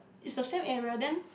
it's a same area then